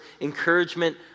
encouragement